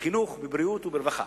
בחינוך, בבריאות וברווחה.